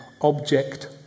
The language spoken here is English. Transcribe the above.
object